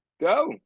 Go